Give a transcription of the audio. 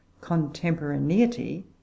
contemporaneity